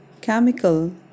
chemical